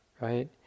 right